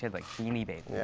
like, beanie babies. yeah,